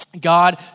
God